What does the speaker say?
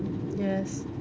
yes